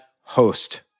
host